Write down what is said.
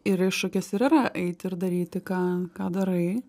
ir iššūkis ir yra eiti ir daryti ką ką darai